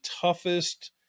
toughest